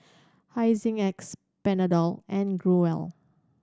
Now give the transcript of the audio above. Hygin X Panadol and Growell